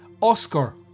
Oscar